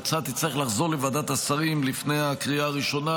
וההצעה תצטרך לחזור לוועדת השרים לפני הקריאה הראשונה.